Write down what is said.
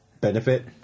benefit